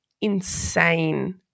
insane